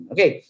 Okay